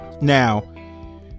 Now